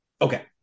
okay